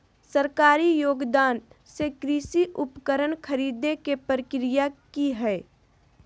सरकारी योगदान से कृषि उपकरण खरीदे के प्रक्रिया की हय?